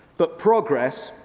but progress,